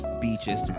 beaches